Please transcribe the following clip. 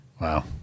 Wow